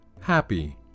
happy